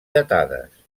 datades